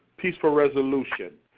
peaceful resolution.